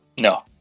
no